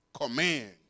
command